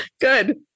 Good